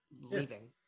leaving